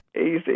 easy